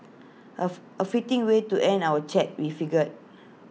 A A fitting way to end our chat we figured